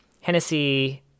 Hennessy